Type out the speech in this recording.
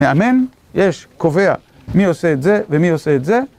מאמן? יש? קובע? מי עושה את זה ומי עושה את זה?